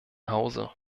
hause